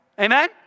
Amen